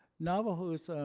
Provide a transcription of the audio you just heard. navajo is